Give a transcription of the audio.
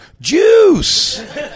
juice